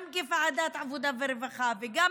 גם בוועדת העבודה והרווחה וגם